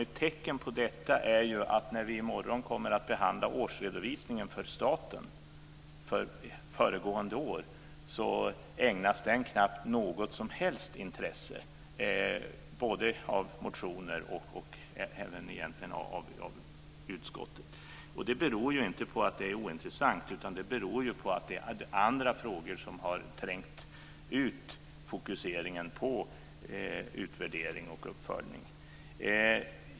Ett tecken på detta är när vi i morgon kommer att behandla årsredovisningen för staten för föregående år. Den ägnas knappt något som helst intresse både i motioner och egentligen även från utskottet. Det beror inte på att det är ointressant utan på att andra frågor har trängt ut fokuseringen på utvärdering och uppföljning.